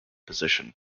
position